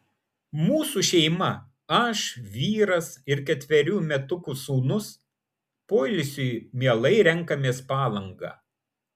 mūsų šeima aš vyras ir ketverių metukų sūnus poilsiui mielai renkamės palangą